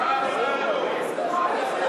היא מבררת את, של השר.